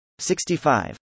65